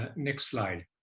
ah next slide,